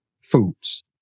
foods